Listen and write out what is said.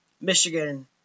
Michigan